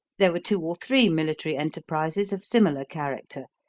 there were two or three military enterprises of similar character,